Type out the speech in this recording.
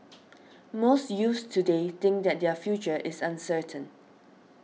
most youths today think that their future is uncertain